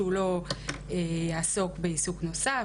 שהוא לא יעסוק בעיסוק נוסף,